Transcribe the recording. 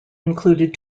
included